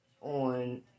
on